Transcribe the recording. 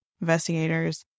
investigators